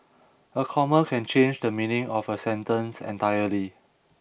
a comma can change the meaning of a sentence entirely